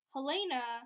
Helena